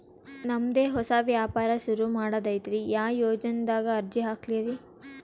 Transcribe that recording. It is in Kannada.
ನಮ್ ದೆ ಹೊಸಾ ವ್ಯಾಪಾರ ಸುರು ಮಾಡದೈತ್ರಿ, ಯಾ ಯೊಜನಾದಾಗ ಅರ್ಜಿ ಹಾಕ್ಲಿ ರಿ?